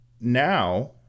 now